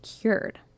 cured